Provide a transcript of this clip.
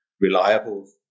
reliable